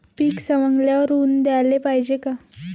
पीक सवंगल्यावर ऊन द्याले पायजे का?